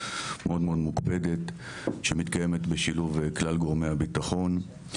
מאוד מוקפדת שמתקיימת בשילוב כלל גורמי הביטחון.